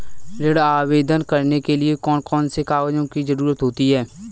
ऋण आवेदन करने के लिए कौन कौन से कागजों की जरूरत होती है?